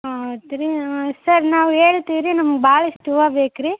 ಹೌದು ರೀ ಸರ್ ನಾವು ಹೇಳ್ತೀವಿ ರೀ ನಮ್ಗೆ ಭಾಳಿಷ್ಟು ಹೂವು ಬೇಕು ರೀ